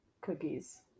cookies